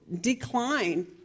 decline